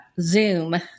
Zoom